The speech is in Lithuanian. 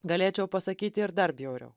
galėčiau pasakyti ir dar bjauriau